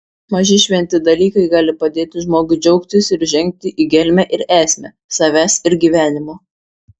maži šventi dalykai gali padėti žmogui džiaugtis ir žengti į gelmę ir esmę savęs ir gyvenimo